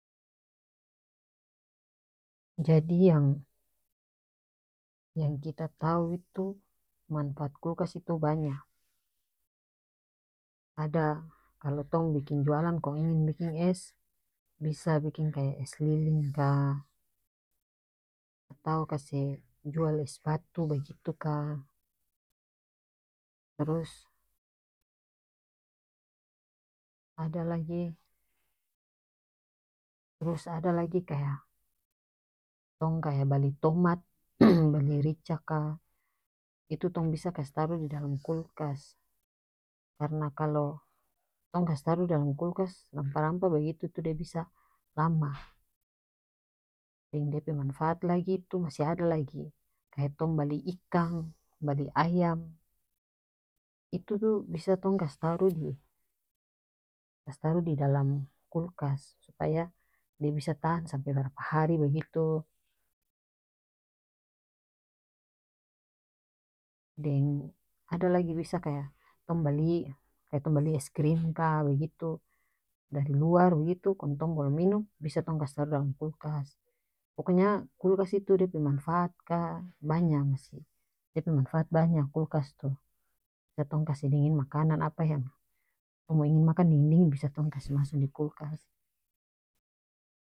Jadi yang yang kita tahu itu manfaat kulkas itu banya ada kalo tong biking jualan kong ingin biking es bisa biking kaya es lilin ka atau kase jual es batu bagitu ka trus ada lagi trus ada lagi kaya tong kaya bali tomat bali rica ka itu toong bisa kase taru didalam kulkas karena kalo tong kase taru dalam kulkas rampah rampah bagitu tu dia bisa lama deng dia pe manfaat lagi tu masih ada lagi kaya tong bali ikang bali ayam itu tu bisa tong kase taruh di kase taruh didalam kulkas supaya dia bisa tahan sampe barapa hari bagitu deng ada lagi bisa kaya tong bali kaya tong bali es krim ka bagitu dari luar bagitu kong tong bolom minum bisa tong kase taruh dalam kulkas pokoknya kulkas itu dia pe manfaat ka banya masih dia pe manfaat banya kulkas tu tong kase dingin makanan apa yang tong mo ingin makan dingin dingin bisa tong kase maso di kulkas.